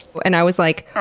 and i was like,